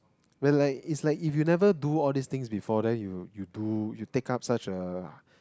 like like it's like if you never do all these things before then you you do you take up such a